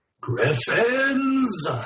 Griffins